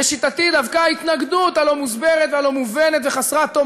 לשיטתי דווקא ההתנגדות הלא-מוסברת והלא-מובנת וחסרת תום